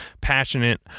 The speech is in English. passionate